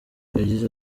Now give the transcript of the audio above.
yagize